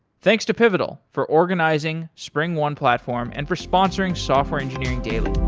thanks to pivotal for organizing springone platform and for sponsoring software engineering daily